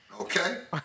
Okay